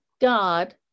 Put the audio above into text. God